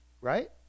Right